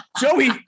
Joey